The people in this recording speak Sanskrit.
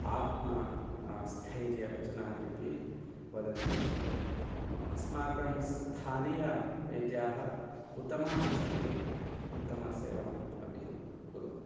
आत्मा स्थैर्यवचनानि अपि वदन्ति अस्माकं स्थानीयवैद्याः उत्तमाः सन्ति उत्तमसेवा अपि कुर्वन्ति